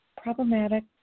problematic